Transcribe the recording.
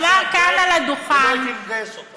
אי-אפשר לנצח דת, ולא הייתי מגייס אותם.